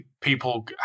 people